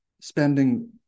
spending